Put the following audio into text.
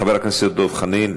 חבר הכנסת דב חנין,